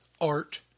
art